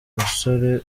musore